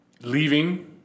leaving